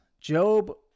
job